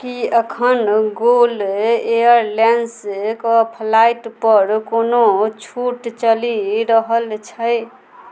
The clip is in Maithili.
की एखन गोल एयर लाइन्सक फ्लाईटपर कोनो छूट चलि रहल छै